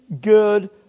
good